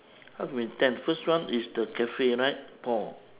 how can be ten the first one is the cafe right paul